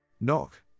Knock